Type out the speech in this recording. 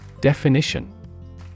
Definition